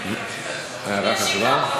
ההערה חשובה?